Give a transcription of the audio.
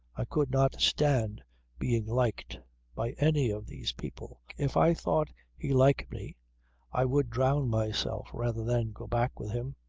i could not stand being liked by any of these people. if i thought he liked me i would drown myself rather than go back with him.